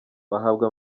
bahabwa